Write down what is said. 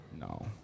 No